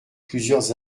plusieurs